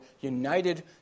united